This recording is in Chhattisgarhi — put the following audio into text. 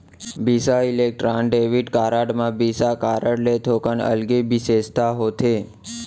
बिसा इलेक्ट्रॉन डेबिट कारड म बिसा कारड ले थोकिन अलगे बिसेसता होथे